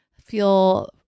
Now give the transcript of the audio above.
feel